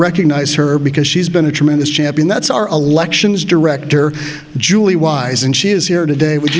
recognize or because she's been a tremendous champion that's our elections director julie wise and she is here today w